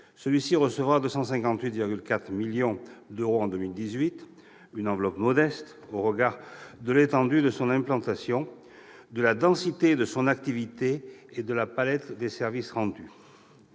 Celui-ci recevra 258,4 millions d'euros en 2018, une enveloppe modeste au regard de l'étendue de son implantation, de la densité de son activité et de la palette des services rendus.